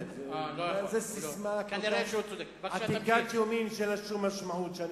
זו ססמה עתיקת יומין שאין לה שום משמעות.